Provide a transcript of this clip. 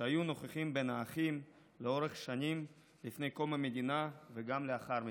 שהיו נוכחים בין האחים לאורך השנים לפני קום המדינה וגם לאחר מכן.